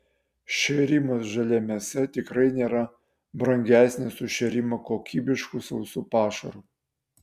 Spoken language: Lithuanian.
šėrimas žalia mėsa tikrai nėra brangesnis už šėrimą kokybišku sausu pašaru